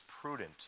prudent